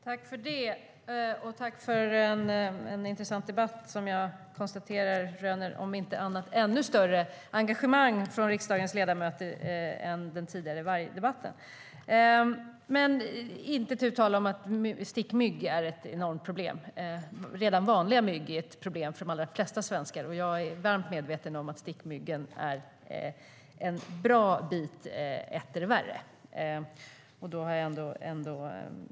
Herr talman! Jag tackar för en intressant debatt, som jag konstaterar röner om inte annat ett kanske ännu större engagemang från riksdagens ledamöter än den tidigare vargdebatten. Det är inte tu tal om att stickmygg är ett enormt problem. Redan vanliga mygg är ett problem för de allra flesta svenskar, och jag är väl medveten om att stickmyggen är etter värre - en bra bit.